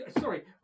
Sorry